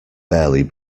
barely